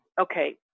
okay